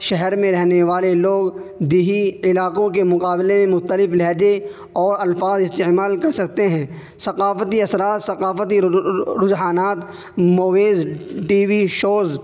شہر میں رہنے والے لوگ دیہی علاقوں کے مقابلے مختلف لہجے اور الفاظ استعمال کر سکتے ہیں ثقافتی اثرات ثقافتی رجحانات موویز ٹی وی شوز